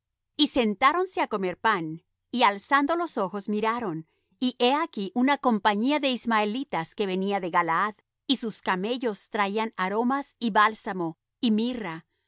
y sentáronse á comer pan y alzando los ojos miraron y he aquí una compañía de ismaelitas que venía de galaad y sus camellos traían aromas y bálsamo y mirra